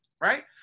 right